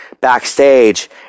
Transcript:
backstage